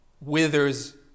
withers